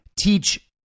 teach